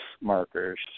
markers